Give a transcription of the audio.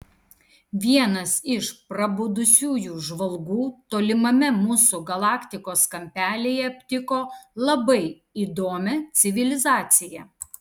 vienas iš prabudusiųjų žvalgų tolimame mūsų galaktikos kampelyje aptiko labai įdomią civilizaciją